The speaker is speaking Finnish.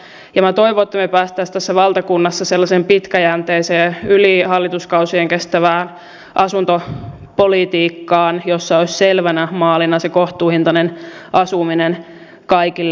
minä toivon että me pääsisimme tässä valtakunnassa sellaiseen pitkäjänteiseen yli hallituskausien kestävään asuntopolitiikkaan jossa olisi selvänä maalina se kohtuuhintainen asuminen kaikille